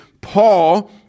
Paul